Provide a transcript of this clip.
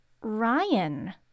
Ryan